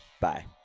Bye